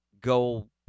go